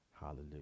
Hallelujah